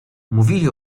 mówili